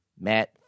Matt